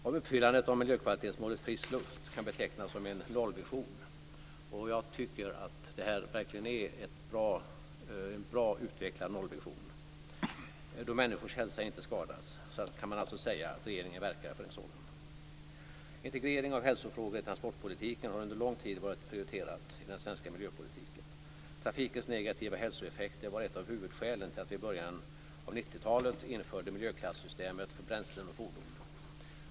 Om uppfyllandet av miljökvalitetsmålet frisk luft kan betecknas som en nollvision - och jag tycker att det här verkligen är en väl utvecklad nollvision - då människors hälsa inte skadas kan man alltså säga att regeringen verkar för en sådan. Integrering av hälsofrågor i transportpolitiken har under lång tid varit prioriterat i den svenska miljöpolitiken. Trafikens negativa hälsoeffekter var ett av huvudskälen till att vi i början av 90-talet införde miljöklassystemet för bränslen och fordon.